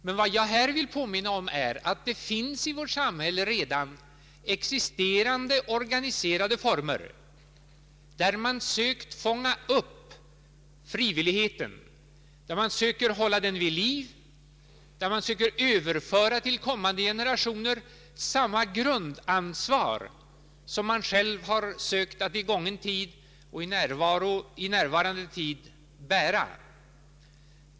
Men vad jag här vill påminna om är att det i vårt samhälle redan finns existerande organiserade former där man sökt fånga upp frivilligheten, där man söker hålla den vid liv, där man söker överföra till kommande generationer samma grundansvar som man själv har sökt att i gången tid och i närvarande tid bära.